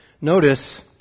Notice